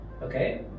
Okay